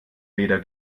weder